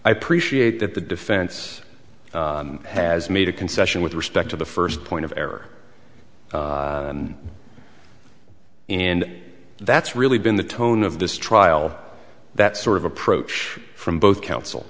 i appreciate that the defense has made a concession with respect to the first point of error and that's really been the tone of this trial that sort of approach from both counsel